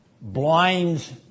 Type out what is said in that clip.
blinds